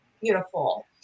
Beautiful